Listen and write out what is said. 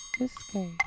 escape